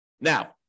Now